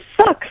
sucks